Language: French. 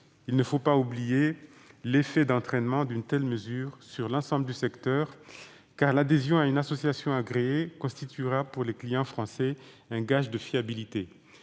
Il ne faut pas oublier l'effet d'entraînement d'une telle mesure sur l'ensemble du secteur, car l'adhésion à une association agréée constituera pour les clients français un gage de fiabilité.